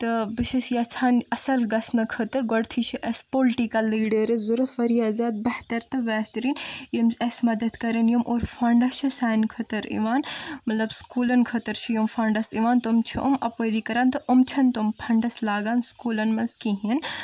تہٕ بہٕ چھُس یژھان اصل گژھنہٕ خٲطرٕ گۄدٕنٮ۪تھٕے چھِ اسہِ پُلِٹٕکل لیٖڈأرٕس ضوٚرتھ وارِیاہ زیادٕ بہتر تہٕ بہتریٖن یِم اسہِ مدتھ کرن یِم اورٕ فنڈٕس چھِ سانہِ خٲطرٕ یِوان مطلب سکوٗلن چھِ یِم فںڈٕس یِوان تم چھِ یِم اپٲری کران تہٕ یِم چھِنہٕ تم فنڈٕس لاگان سکوٗلن منٛز کِہیٖنۍ